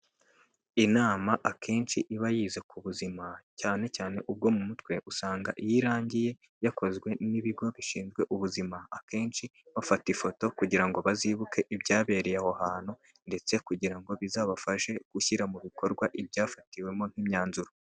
Inama akenshi iba yize ku buzima cyane cyane ubwo mu mutwe usanga iyo irangiye yakozwe n'ibigo bishinzwe ubuzima akenshi bafata ifoto kugira ngo bazibuke ibyabereye aho hantu ndetse kugira ngo bizabafashe gushyira mu bikorwa ibyafatiwemo nk'imyanzuro